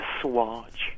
swatch